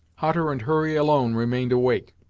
hutter and hurry alone remained awake,